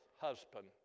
husband